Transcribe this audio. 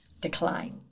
decline